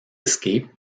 escape